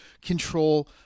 Control